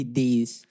days